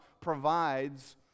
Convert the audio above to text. provides